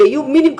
שיהיה מינימום,